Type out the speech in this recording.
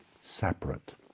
separate